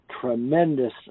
tremendous